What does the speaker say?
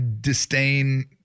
disdain